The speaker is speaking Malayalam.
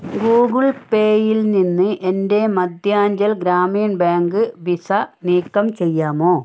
ഗൂഗിൾ പേയിൽ നിന്ന് എൻ്റെ മദ്ധ്യാഞ്ചൽ ഗ്രാമീൺ ബാങ്ക് വിസ നീക്കം ചെയ്യാമോ